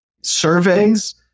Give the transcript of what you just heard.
Surveys